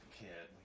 kid